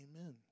Amen